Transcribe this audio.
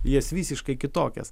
jas visiškai kitokias